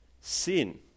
sin